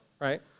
right